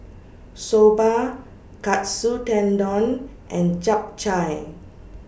Soba Katsu Tendon and Japchae